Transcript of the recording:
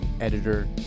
editor